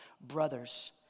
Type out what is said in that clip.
brothers